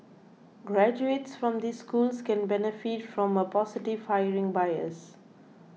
graduates from these schools can benefit from a positive hiring bias